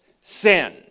sin